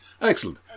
excellent